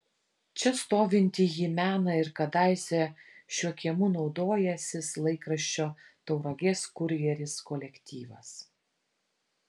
čia stovintį jį mena ir kadaise šiuo kiemu naudojęsis laikraščio tauragės kurjeris kolektyvas